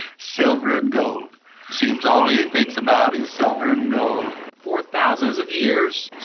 silver and gold seems all he thinks about is silver and gold. for thousands of years,